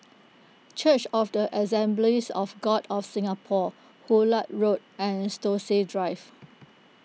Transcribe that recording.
Church of the Assemblies of God of Singapore Hullet Road and Stokesay Drive